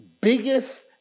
biggest